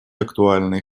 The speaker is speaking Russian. актуальный